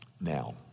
Now